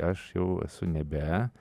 aš jau esu nebe